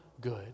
good